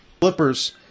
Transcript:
flippers